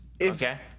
Okay